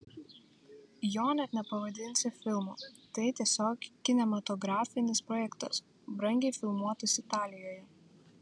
jo net nepavadinsi filmu tai tiesiog kinematografinis projektas brangiai filmuotas italijoje